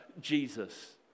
Jesus